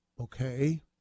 Okay